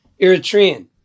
Eritrean